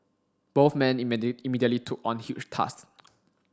both men immediately took on huge tasks